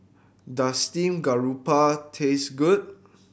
does steamed garoupa taste good